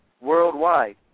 worldwide